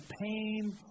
pain